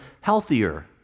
healthier